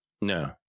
No